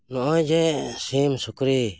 ᱱᱚᱜᱼᱚᱭ ᱡᱮ ᱥᱤᱢ ᱥᱩᱠᱨᱤ